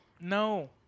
No